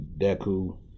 Deku